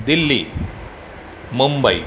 Delhi Mumbai